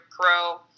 pro